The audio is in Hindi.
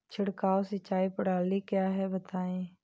छिड़काव सिंचाई प्रणाली क्या है बताएँ?